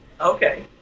Okay